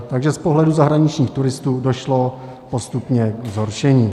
Takže z pohledu zahraničních turistů došlo postupně ke zhoršení.